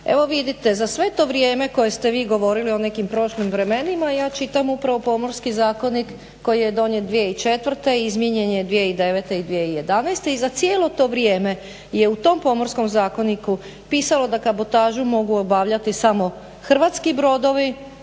Evo vidite, za sve to vrijeme koje ste vi govorili o nekim prošlim vremenima ja čitam upravo Pomorski zakonik koji je donijet 2004., izmijenjen je 2009. i 2011. i za cijelo to vrijeme je u tom Pomorskom zakoniku pisalo da kabotažu mogu obavljati samo hrvatski brodovi